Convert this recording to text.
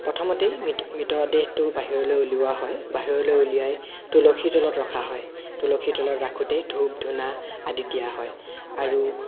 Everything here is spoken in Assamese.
প্ৰথমতেই মৃত মৃতদেহটো বাহিৰলৈ উলিওৱা হয় বাহিৰলৈ উলিয়াই তুলসীৰ তলত ৰখা হয় তুলসীৰ তলত ৰাখোঁতেই ধূপ ধূনা আদি দিয়া হয় আৰু